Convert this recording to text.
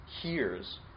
hears